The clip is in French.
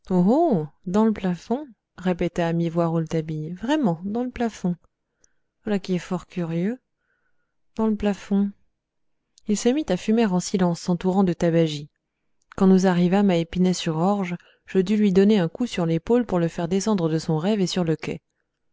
dans le plafond répéta à mi-voix rouletabille vraiment dans le plafond voilà qui est fort curieux dans le plafond il se mit à fumer en silence s'entourant de tabagie quand nous arrivâmes à épinay sur orge je dus lui donner un coup sur l'épaule pour le faire descendre de son rêve et sur le quai